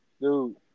dude